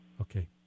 Okay